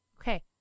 Okay